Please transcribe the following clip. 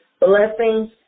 blessings